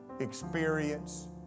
experience